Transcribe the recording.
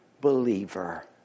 believer